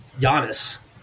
Giannis